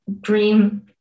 dream